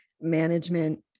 management